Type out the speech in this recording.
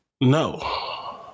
No